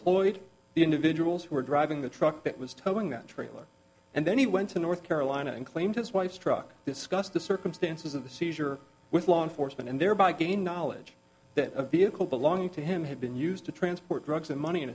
the individuals who were driving the truck that was towing that trailer and then he went to north carolina and claimed his wife's truck discussed the circumstances of the seizure with law enforcement and thereby gain knowledge that a vehicle belonging to him had been used to transport drugs and money in